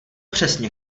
přesně